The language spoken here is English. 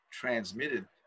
transmitted